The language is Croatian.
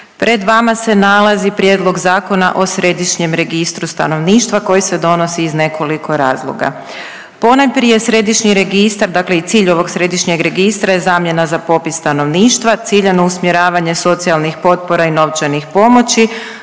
pred vama se nalazi Prijedlog Zakona o središnjem registru stanovništva koji se donosi iz nekoliko razliko. Ponajprije središnji registar, dakle i cilj ovog središnjeg registra je zamjena za popis stanovništva, ciljano usmjeravanje socijalnih potpora i novčanih pomoći,